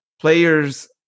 players